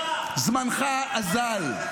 זמנך אזל.